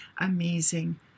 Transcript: amazing